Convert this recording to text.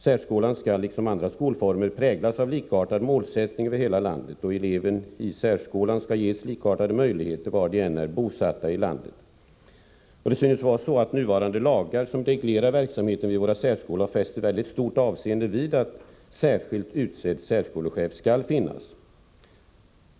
Särskolan skall liksom andra skolformer präglas av likartad målsättning över hela landet, och elever i särskolan skall ges likartade möjligheter, oavsett var i landet de är bosatta. Det synes vara så att nuvarande lagar som reglerar verksamheten vid våra särskolor fäster stort avseende vid att särskilt utsedd särskolechef skall finnas.